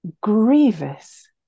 grievous